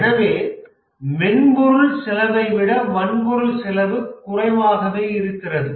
எனவே மென்பொருள் செலவை விட வன்பொருள் செலவு குறைவாகவே இருக்கும்